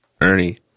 ernie